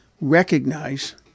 recognize